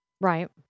right